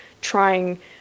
trying